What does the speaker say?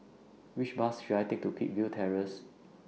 Which Bus should I Take to Peakville Terrace